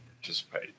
participate